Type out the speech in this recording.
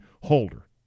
holder